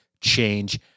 change